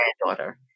granddaughter